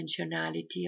dimensionality